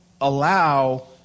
allow